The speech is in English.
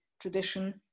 tradition